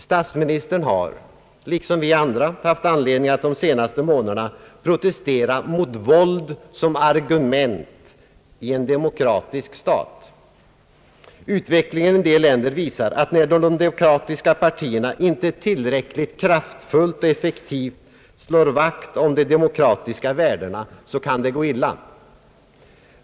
Statsministern har liksom vi andra haft anledning att de senaste månaderna protestera mot våld som argument i en demokratisk stat. Utvecklingen i en del länder visar att när de demokratiska partierna inte tillräckligt kraftfullt och effektivt slår vakt om de demokratiska värdena, så kan det gå illa.